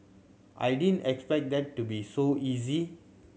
I didn't expect that to be so easy